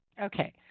Okay